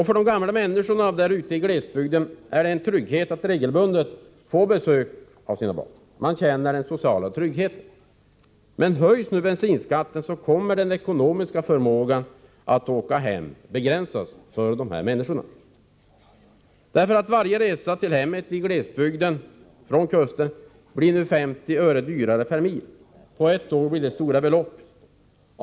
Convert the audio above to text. För de gamla människorna där ute i glesbygden är det en trygghet att regelbundet få besök av sina barn. Man känner den sociala tryggheten. Men höjs nu bensinskatten, kommer de ekonomiska möjligheterna för dessa människor att åka hem att begränsas. Varje resa till hemmet i glesbygden från kusten blir nu 50 öre dyrare per mil. På ett år blir det stora belopp.